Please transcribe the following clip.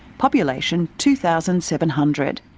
population two thousand seven hundred.